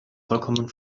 vollkommen